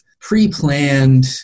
pre-planned